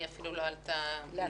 היא כנראה אפילו לא עלתה להצבעה.